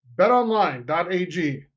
BetOnline.ag